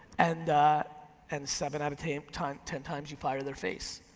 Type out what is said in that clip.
and and seven out of ten times ten times you fire their face.